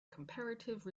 comparative